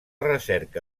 recerca